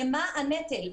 למה הנטל?